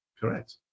Correct